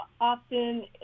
often